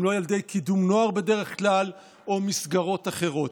הם לא ילדי קידום נוער בדרך כלל או מסגרות אחרות.